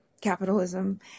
capitalism